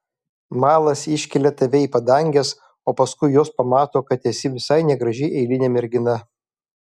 malas iškelia tave į padanges o paskui jos pamato kad esi visai negraži eilinė mergina